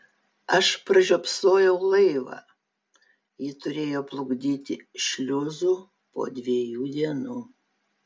aš pražiopsojau laivą jį turėjo plukdyti šliuzu po dviejų dienų